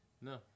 No